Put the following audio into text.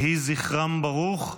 יהי זכרן ברוך.